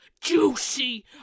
juicy